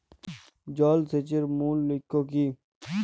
জল সেচের মূল লক্ষ্য কী?